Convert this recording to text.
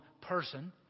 person